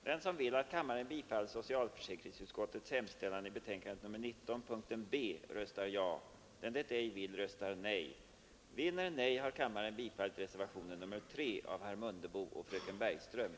Herr talman! Jag ber helt kort att få yrka bifall till utskottets hemställan. Beskattningen av fritt bränsle från egen fastighet den det ej vill röstar nej.